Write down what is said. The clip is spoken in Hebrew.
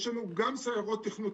יש לנו גם סיירות תכנות.